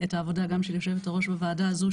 את העבודה גם של יושבת הראש בוועדה הזו,